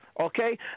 Okay